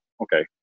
okay